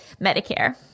Medicare